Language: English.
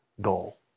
goal